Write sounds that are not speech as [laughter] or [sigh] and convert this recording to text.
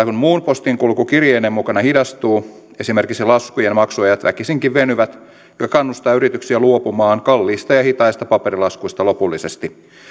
[unintelligible] kun muun postin kulku kirjeiden mukana hidastuu esimerkiksi laskujen maksuajat väkisinkin venyvät mikä kannustaa yrityksiä luopumaan kalliista ja hitaista paperilaskuista lopullisesti